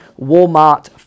Walmart